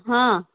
ହଁ